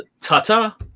Ta-ta